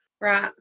Right